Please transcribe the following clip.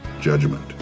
judgment